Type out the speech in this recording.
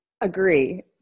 Agree